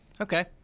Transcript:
Okay